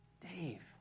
Dave